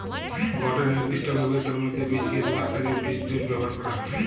গটে নির্দিষ্ট গভীরতার মধ্যে বীজকে রুয়ার কাজে বীজড্রিল ব্যবহার করা হয়